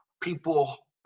people